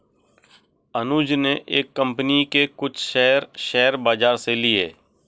अनुज ने एक कंपनी के कुछ शेयर, शेयर बाजार से लिए